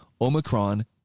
Omicron